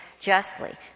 justly